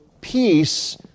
peace